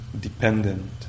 dependent